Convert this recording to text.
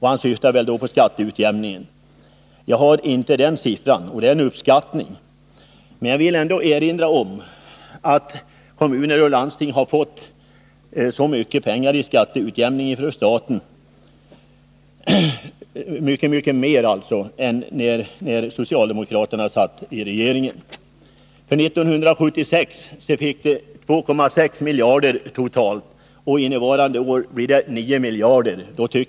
Han syftade väl då på skatteutjämningen. Jag har inte samma uppfattning om beloppets storlek, men jag antar att det belopp han nämnde är en uppskattning. Jag vill emellertid erinra Hans Gustafsson om att kommuner och landsting har fått mycket mer pengar i skatteutjämningsbidrag från staten än de fick under den socialdemokratiska regeringen. För år 1976 rörde det sig om totalt 2,6 miljarder kronor, medan beloppet innevarande år kommer att uppgå till 9 miljarder kronor.